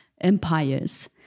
empires